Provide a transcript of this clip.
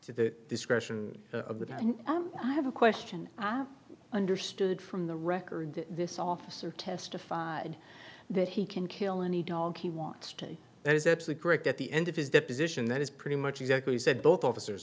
to the discretion of the i have a question i have understood from the record this officer testified that he can kill any dog he wants to that is absolute correct at the end of his deposition that is pretty much exactly said both officers